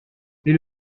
mais